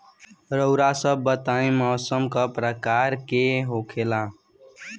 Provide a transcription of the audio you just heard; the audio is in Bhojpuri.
रउआ सभ बताई मौसम क प्रकार के होखेला?